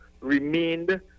remained